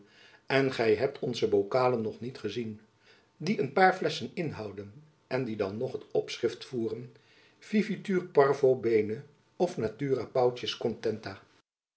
en gy hebt onze bokalen nog niet gezien die een paar flesschen inhouden en die dan nog het opschrift voeren vivitur parvo bene of natura paucis contenta